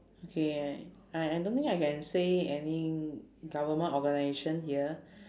okay I I don't think I can say any government organisation here